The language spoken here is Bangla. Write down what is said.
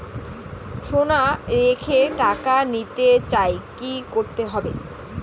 সোনা রেখে টাকা নিতে চাই কি করতে হবে?